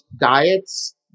diets